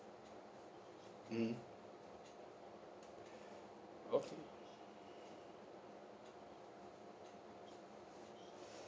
mm okay